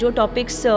topics